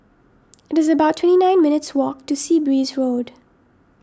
it's about twenty nine minutes' walk to Sea Breeze Road